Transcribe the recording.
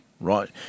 right